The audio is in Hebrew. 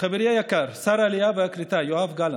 חברי היקר שר העלייה והקליטה יואב גלנט,